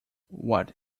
what